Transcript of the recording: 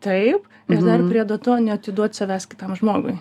taip ir dar priedo to neatiduot savęs kitam žmogui